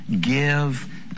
give